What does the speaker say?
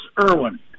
Irwin